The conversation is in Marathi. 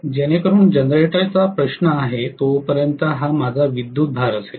जेणेकरून जनरेटरचा प्रश्न आहे तोपर्यंत हा माझा विद्युत भार असेल